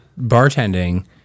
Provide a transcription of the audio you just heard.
bartending